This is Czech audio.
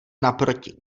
naproti